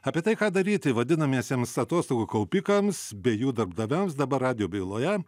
apie tai ką daryti vadinamiesiems atostogų kaupikams bei jų darbdaviams dabar radijo byloje